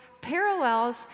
parallels